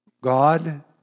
God